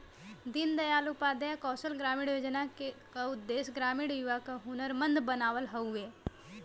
दीन दयाल उपाध्याय कौशल ग्रामीण योजना क उद्देश्य ग्रामीण युवा क हुनरमंद बनावल हउवे